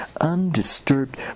undisturbed